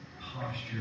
posture